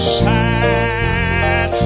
sad